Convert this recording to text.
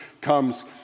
comes